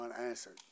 unanswered